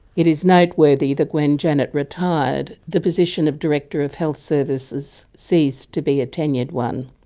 it is noteworthy that when janet retired, the position of director of health services ceased to be a tenured one.